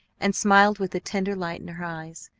and smiled with a tender light in her eyes.